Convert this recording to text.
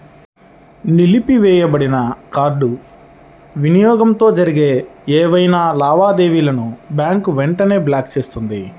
నిలిపివేయబడిన కార్డ్ వినియోగంతో జరిగే ఏవైనా లావాదేవీలను బ్యాంక్ వెంటనే బ్లాక్ చేస్తుంది